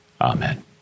Amen